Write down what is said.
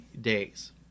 days